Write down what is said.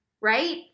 right